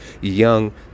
young